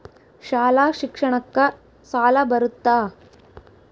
ಶಾಲಾ ಶಿಕ್ಷಣಕ್ಕ ಸಾಲ ಬರುತ್ತಾ?